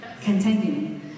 Continue